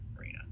arena